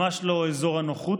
ממש לא אזור הנוחות,